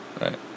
Right